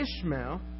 Ishmael